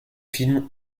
films